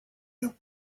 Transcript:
you